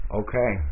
okay